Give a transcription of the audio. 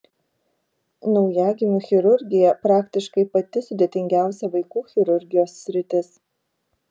naujagimių chirurgija praktiškai pati sudėtingiausia vaikų chirurgijos sritis